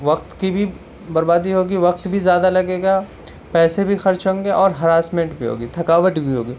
وقت کی بھی بربادی ہوگی وقت بھی زیادہ لگے گا پیسے بھی خرچ ہوں گے اور ہراسمنٹ بھی ہوگی تھکاوٹ بھی ہوگی